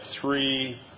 three